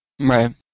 Right